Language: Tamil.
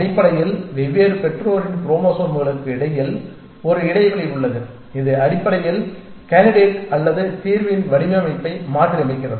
அடிப்படையில் வெவ்வேறு பெற்றோரின் குரோமோசோம்களுக்கு இடையில் ஒரு இடைவெளி உள்ளது இது அடிப்படையில் கேண்டிடேட் அல்லது தீர்வின் வடிவமைப்பை மாற்றியமைக்கிறது